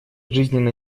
жизненно